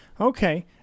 okay